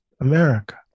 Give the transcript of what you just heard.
America